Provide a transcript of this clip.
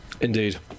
Indeed